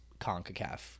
CONCACAF